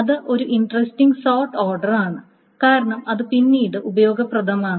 അത് ഒരു interesting sort order ആണ് കാരണം ഇത് പിന്നീട് ഉപയോഗപ്രദമാണ്